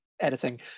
Editing